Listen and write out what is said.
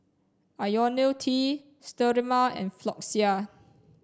Ionil T Sterimar and Floxia